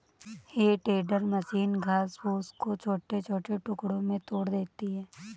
हे tender machine घास फूस को छोटे छोटे टुकड़ों में तोड़ देती है